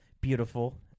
beautiful